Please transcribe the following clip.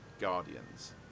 Guardians